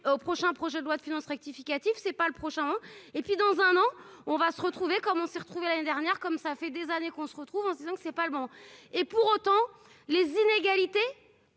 prochain projet de loi de finances rectificative c'est pas le prochain et puis dans un an, on va se retrouver comme on s'est retrouvé l'année dernière, comme ça fait des années qu'on se retrouve en se disant que ce pas le bon, et pour autant, les inégalités,